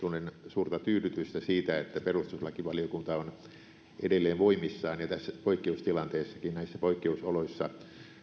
suurta tyydytystä siitä että perustuslakivaliokunta on edelleen voimissaan ja tässä poikkeustilanteessakin näissä poikkeusoloissa